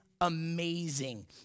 amazing